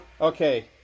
Okay